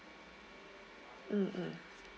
mm mm